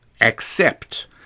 accept